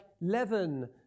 leaven